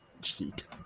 cheat